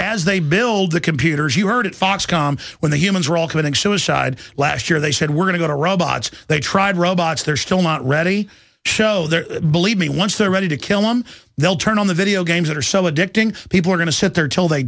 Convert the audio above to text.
as they build the computers you heard at fox com when the humans were all committing suicide last year they said we're going to robots they tried robots they're still not ready to show they're believe me once they're ready to kill them they'll turn on the video games that are so addicting people are going to sit there till they